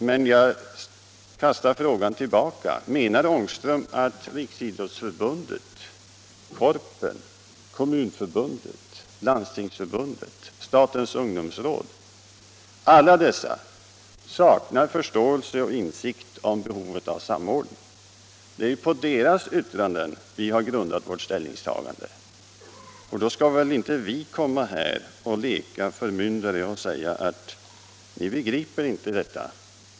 Men jag kastar frågan tillbaka: Menar herr Ångström att Riksidrottsförbundet, Korpen, Kommunförbundet, Landstingsförbundet och statens ungdomsråd samtliga saknar förståelse för och insikt om behovet av samordning? Det är ju på deras yttranden vi har grundat vårt ställningstagande, och då skall väl inte vi komma här och leka förmyndare och säga: Ni begriper inte detta.